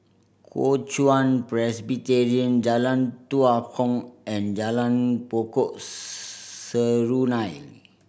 Kuo Chuan Presbyterian Jalan Tua Kong and Jalan Pokok Serunai